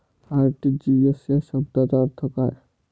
RTGS या शब्दाचा अर्थ काय?